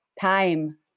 time